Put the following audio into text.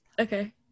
Okay